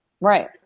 Right